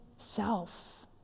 self